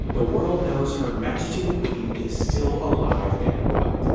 the world knows her majesty the queen is still alive and well.